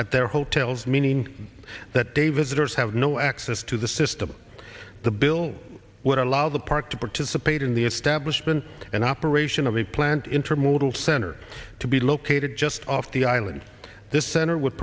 at their hotels meaning that day visitors have no access to the system the bill would allow the park to participate in the establishment and operation of the plant intermodal center to be located just off the island this center would